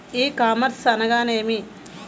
ఈ కామర్స్ అనగానేమి?